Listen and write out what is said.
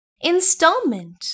installment